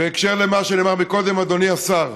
בקשר למה שנאמר קודם, אדוני השר.